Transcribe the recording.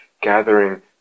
gathering